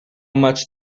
much